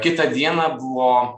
kitą dieną buvo